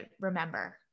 remember